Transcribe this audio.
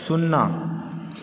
सुन्ना